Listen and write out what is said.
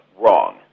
wrong